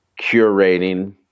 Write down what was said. curating